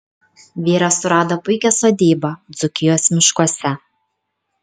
vyras surado puikią sodybą dzūkijos miškuose